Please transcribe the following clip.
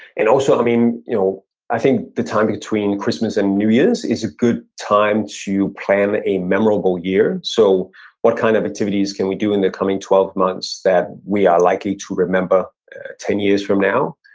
and also you know i think the time between christmas and new year's is a good time to plan a memorable year. so what kind of activities can we do in the coming twelve months that we are likely to remember ten years from now?